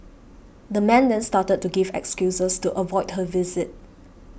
the man then started to give excuses to avoid her visit